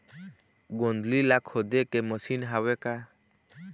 गोंदली ला खोदे के मशीन हावे का?